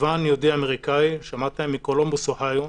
נדבן יהודי אמריקני מקולומבוס אוהיו,